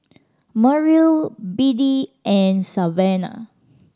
Merrill Biddie and Savanna